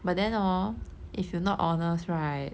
but then hor if you not honest right